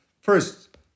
First